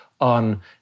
on